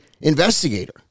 investigator